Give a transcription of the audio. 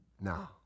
No